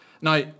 Now